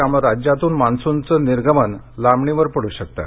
त्यामुळे राज्यातून मान्सूनचं निर्गमन लांबणीवर पडू शकतं